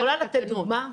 את יכולה לתת דוגמה?